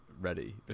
ready